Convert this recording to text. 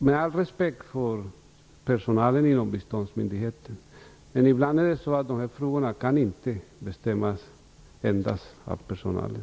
Med all respekt för personalen inom biståndsmyndigheten, ibland kan dessa frågor inte endast bestämmas av personalen.